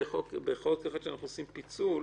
בחוק אחד אנחנו עושים פיצול.